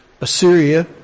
Assyria